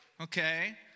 okay